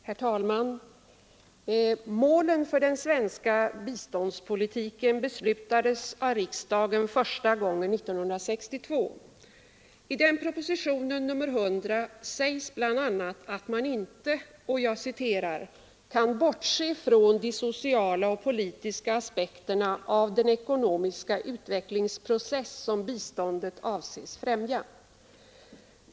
Herr talman! Målen för den svenska biståndspolitiken beslutades av riksdagen första gången 1962. I den propositionen — nr 100 — sägs bl.a. att man inte ”kan bortse från de sociala och politiska aspekterna av den ekonomiska utvecklingsprocess som biståndet avses främja”.